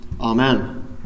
Amen